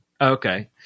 Okay